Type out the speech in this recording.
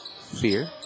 Fear